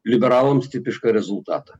liberalams tipišką rezultatą